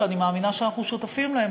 שאני מאמינה שאנחנו שותפים להם,